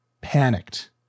panicked